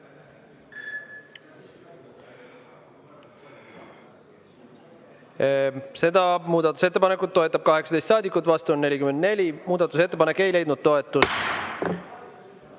Seda muudatusettepanekut toetab 18 saadikut, vastu on 44. Muudatusettepanek ei leidnud toetust.